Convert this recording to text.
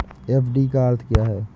FD का अर्थ क्या है?